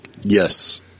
Yes